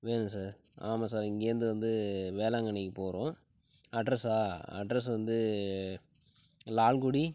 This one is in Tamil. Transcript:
வேணும் சார் ஆமாம் சார் இங்கேந்து வந்து வேளாங்கண்ணிக்கு போகிறோம் அட்ரஸ்ஸா அட்ரஸ் வந்து லால்குடி